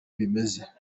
bimeze